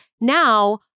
Now